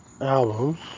albums